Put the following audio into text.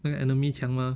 那个 enemy 强 mah